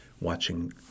watching